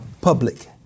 public